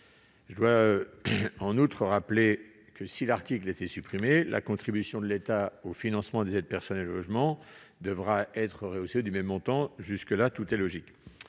Je dois en outre rappeler que, si l'article était supprimé, la contribution de l'État au financement des aides personnalisées au logement devrait être rehaussée du même montant. Mais, monsieur le